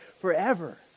forever